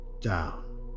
down